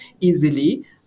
easily